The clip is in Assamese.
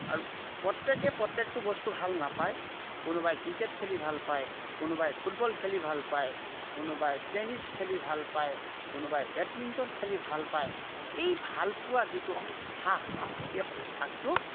আৰু প্ৰত্যেকেই প্ৰত্যেকটো বস্তু ভাল নাপায় কোনোবাই ক্ৰিকেট খেলি ভাল পায় কোনোবাই ফুটবল খেলি ভাল পায় কোনোবাই টেনিছ খেলি ভাল পায় কোনোবাই বেডমিণ্টন খেলি ভাল পায় এই ভালপোৱা যিটো অভ্যাস এই অভ্যাসটো